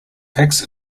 packs